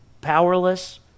powerless